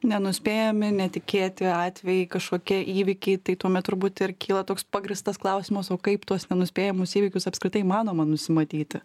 nenuspėjami netikėti atvejai kažkokie įvykiai tai tuomet turbūt ir kyla toks pagrįstas klausimas o kaip tuos nenuspėjamus įvykius apskritai įmanoma nusimatyti